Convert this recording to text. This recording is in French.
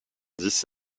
dix